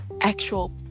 actual